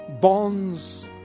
bonds